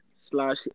slash